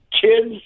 Kids